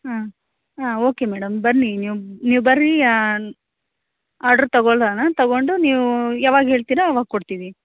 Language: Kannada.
ಹಾಂ ಹಾಂ ಓಕೆ ಮೇಡಮ್ ಬನ್ನಿ ನೀವು ನೀವು ಬರ್ರಿ ಆರ್ಡ್ರ್ ತಗೊಳ್ಳೋಣ ತಗೊಂಡು ನೀವೂ ಯಾವಾಗ ಹೇಳ್ತೀರಾ ಆವಾಗ ಕೊಡ್ತೀವಿ